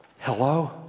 Hello